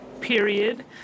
period